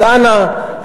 אז אנא,